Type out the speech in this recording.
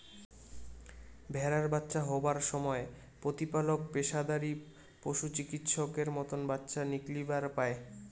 ভ্যাড়ার বাচ্চা হবার সমায় প্রতিপালক পেশাদারী পশুচিকিৎসকের মতন বাচ্চা নিকলিবার পায়